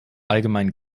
allgemeinen